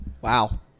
Wow